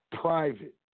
private